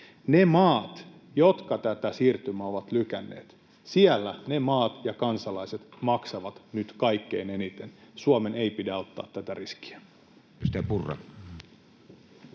Ne maat, jotka tätä siirtymää ovat lykänneet, ja niiden kansalaiset maksavat nyt kaikkein eniten. Suomen ei pidä ottaa tätä riskiä.